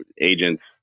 agents